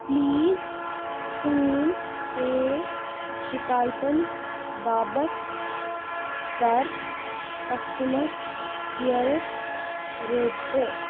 please phone پے شِکایتَن باپَتھ کَر کَسٹٕمَر کِیَرَس رٲبِطہٕ